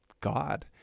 God